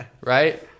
right